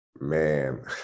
Man